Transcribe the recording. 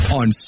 on